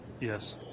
Yes